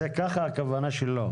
זאת הכוונה שלו.